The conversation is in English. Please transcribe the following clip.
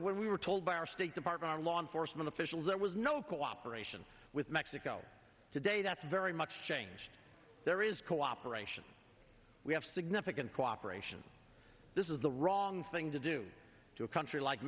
where we were told by our state department and law enforcement officials there was no cooperation with mexico today that's very much changed there is cooperation we have significant cooperation this is the wrong thing to do to a country like